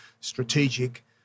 strategic